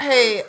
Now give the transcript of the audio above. Hey